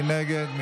מי נגד?